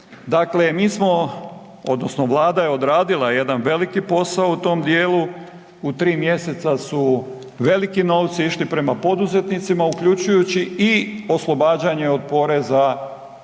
dakle mi smo odnosno Vlada je odradila jedan veliki posao u tom dijelu u 3 mjeseca su veliki novci išli prema poduzetnicima uključujući i oslobađanje od poreza na